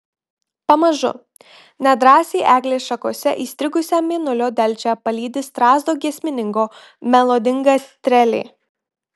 pamažu nedrąsiai eglės šakose įstrigusią mėnulio delčią palydi strazdo giesmininko melodinga trelė